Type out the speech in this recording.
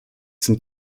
sind